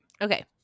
okay